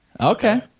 Okay